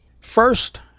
First